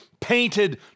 painted